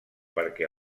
perquè